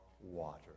water